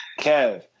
kev